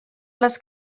les